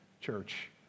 church